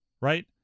right